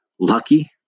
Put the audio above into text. Lucky